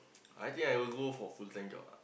I think I will go for full time job ah